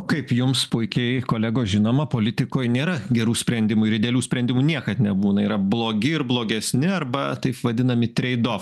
kaip jums puikiai kolegos žinoma politikoj nėra gerų sprendimų ir idealių sprendimų niekad nebūna yra blogi ir blogesni arba taip vadinami treido